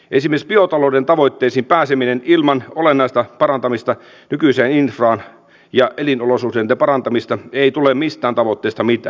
esimerkiksi biotalouden tavoitteisiin pääseminen ei onnistu ilman olennaista parantamista nykyiseen infraan ja ilman elinolosuhteiden parantamista ei tule mistään tavoitteesta mitään